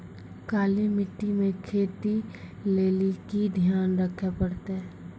काली मिट्टी मे खेती लेली की ध्यान रखे परतै?